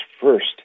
first